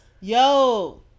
Yo